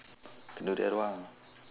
kenduri arwah ah